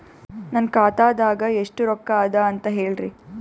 ನನ್ನ ಖಾತಾದಾಗ ಎಷ್ಟ ರೊಕ್ಕ ಅದ ಅಂತ ಹೇಳರಿ?